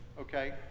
okay